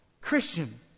Christian